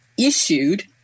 issued